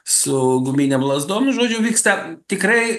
su guminėm lazdom nu žodžiu vyksta tikrai